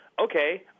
okay